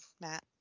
Matt